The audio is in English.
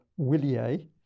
Willier